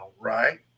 right